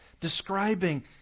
describing